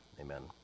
amen